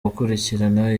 gukurikirana